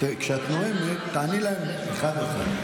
כשאת נואמת תעני להם אחד-אחד.